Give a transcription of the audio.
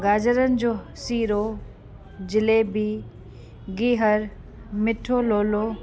गाजरनि जो सीरो जलेबी गीहर मिठो लोलो